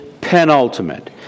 penultimate